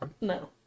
No